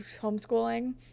homeschooling